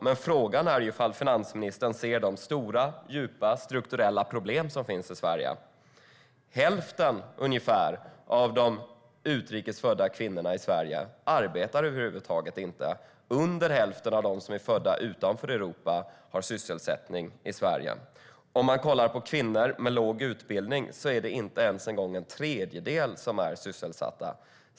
Men frågan är om finansministern ser de stora, djupa och strukturella problem som finns i Sverige. Ungefär hälften av de utrikes födda kvinnorna i Sverige arbetar över huvud taget inte. Mindre än hälften av dem som är födda utanför Europa har sysselsättning i Sverige. Om man kollar på kvinnor med låg utbildning är det inte ens en tredjedel som är sysselsatta.